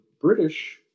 British